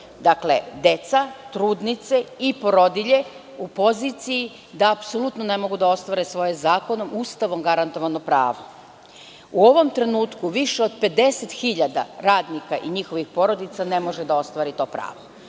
dakle deca, trudnice i porodilje u poziciji da apsolutno ne mogu da ostvare svoje zakonom i Ustavom garantovano pravo.U ovom trenutku više od 50.000 radnika i njihovih porodica ne može da ostvari to pravo.